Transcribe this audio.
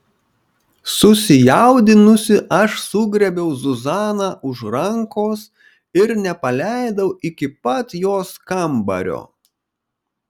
susijaudinusi aš sugriebiau zuzaną už rankos ir nepaleidau iki pat jos kambario